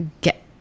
get